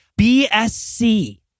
BSC